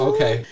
Okay